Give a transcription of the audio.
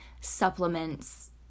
supplements